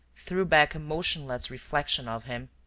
threw back a motionless reflection of him.